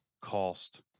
cost